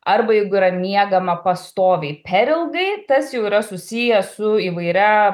arba jeigu yra miegama pastoviai per ilgai tas jau yra susiję su įvairia